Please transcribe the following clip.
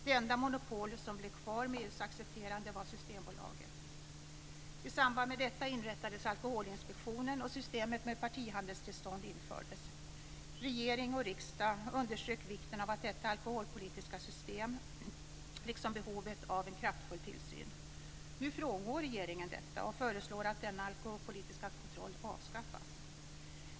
Det enda monopol som blev kvar, med EU:s accepterande, var Systembolaget. I samband med detta inrättades Alkoholinspektionen, och systemet med partihandelstillstånd infördes. Regering och riksdag underströk vikten av detta alkoholpolitiska system, liksom behovet av en kraftfull tillsyn. Nu frångår regeringen detta och föreslår att denna alkoholpolitiska kontroll avskaffas.